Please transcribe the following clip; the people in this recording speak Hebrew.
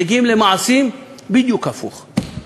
מגיעים למעשים, בדיוק הפוך.